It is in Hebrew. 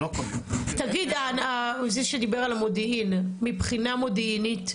תגיד זה שדיבר על המודיעין, מבחינה מודיעינית?